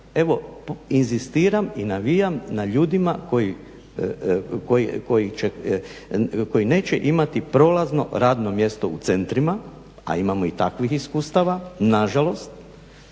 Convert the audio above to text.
evo inzistiram i navijam na ljudima koji neće imati prolazno radno mjestu u centrima a imamo i takvih iskustava nažalost,